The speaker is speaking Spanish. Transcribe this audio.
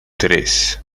tres